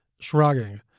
Shrugging